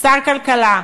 שר הכלכלה,